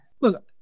Look